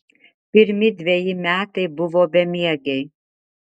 pirmi dveji metai buvo bemiegiai